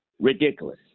ridiculous